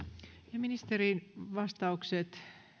ja ministerin vastaukset